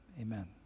amen